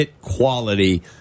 quality